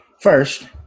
First